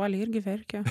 turtuoliai irgi verkia